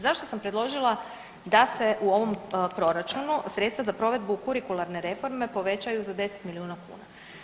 Zašto sam predložila da se u ovom Proračunu sredstva za provedbu kurikularne reforme povećaju za 10 milijuna kuna?